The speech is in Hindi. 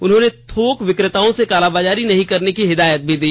उन्होंने थोक विक्रेताओं से कालाबाजारी नहीं करने की हिदायत भी दी